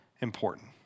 important